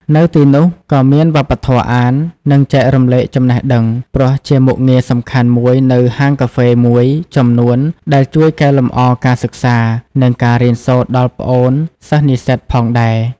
នៅទីនោះក៏មានវប្បធម៌អាន និងចែករំលែកចំណេះដឹង ព្រោះជាមុខងារសំខាន់មួយនៅហាងកាហ្វេមួយចំនួនដែលជួយកែលម្អការសិក្សា និងការរៀនសូត្រដល់ប្អូនសិស្សនិស្សិតផងដែរ។